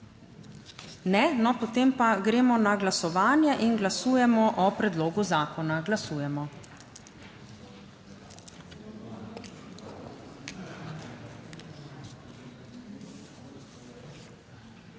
Ne. No, potem pa gremo na glasovanje in glasujemo o predlogu zakona. Glasujemo.